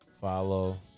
Follow